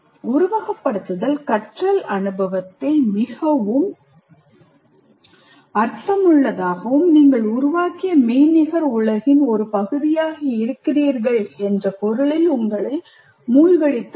உருவகப்படுத்துதல் கற்றல் அனுபவத்தை மிகவும் அர்த்தமுள்ளதாகவும் நீங்கள் உருவாக்கிய மெய்நிகர் உலகின் ஒரு பகுதியாக இருக்கிறீர்கள் என்ற பொருளில் உங்களை மூழ்கடித்து விடும்